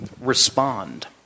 respond